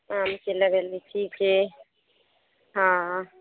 आमके लेबय लीची के हाँ